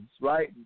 right